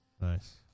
Nice